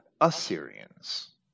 Assyrians